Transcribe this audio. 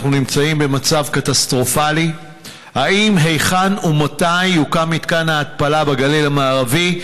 2. האם, היכן ומתי יוקם מתקן התפלה בגליל המערבי?